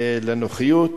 לנוחיות.